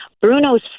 Bruno's